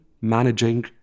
managing